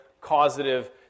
causative